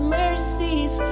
mercies